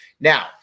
Now